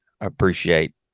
appreciate